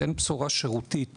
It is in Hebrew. אין בשורה שירותית